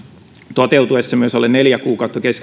toteutuessa myös alle neljä kuukautta